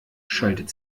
schaltet